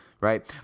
Right